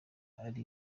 ari